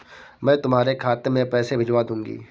मैं तुम्हारे खाते में पैसे भिजवा दूँगी